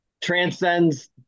transcends